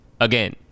again